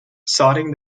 citing